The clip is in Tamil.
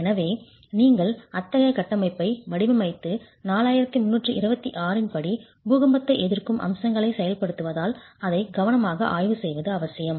எனவே நீங்கள் அத்தகைய கட்டமைப்பை வடிவமைத்து 4326 இன் படி பூகம்பத்தை எதிர்க்கும் அம்சங்களை செயல்படுத்துவதால் அதை கவனமாக ஆய்வு செய்வது அவசியம்